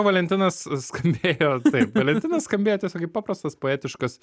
valentinas skambėjo taip valentinas skambėjo tiesiog kaip paprastas poetiškas